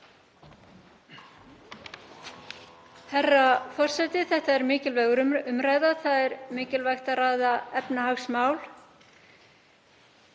umræða. Það er mikilvægt að ræða efnahagsmál.